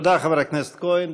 תודה, חבר הכנסת כהן.